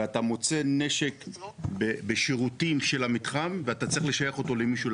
ואתה מוצא נשק בשירותים של המתחם ואתה צריך לשייך אותו למישהו.